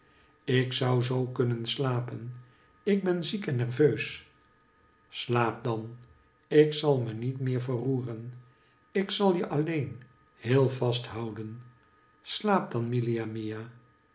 ik zou zoo kunnen slapen ik ben ziek en nerveus slaap dan ik zal me niet meer verroeren ik zal je alleen heel vast houden slaap dan milia mia